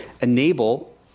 enable